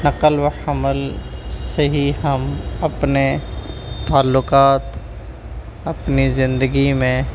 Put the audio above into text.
نقل و حمل سے ہی ہم اپنے تعلقات اپنی زندگی میں